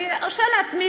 אני ארשה לעצמי,